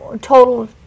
total